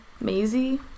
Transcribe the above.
Maisie